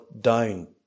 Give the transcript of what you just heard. down